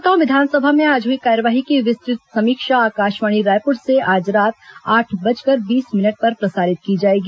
श्रोताओं विधानसभा में आज हुई कार्यवाही की विस्तृत समीक्षा आकाशवाणी रायपुर से आज रात आठ बजकर बीस मिनट पर प्रसारित की जाएगी